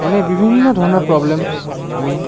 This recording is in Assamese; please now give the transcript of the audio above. এনে বিভিন্ন ধৰণৰ প্ৰব্লেমছ আমি